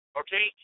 okay